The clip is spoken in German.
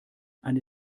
eine